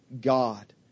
God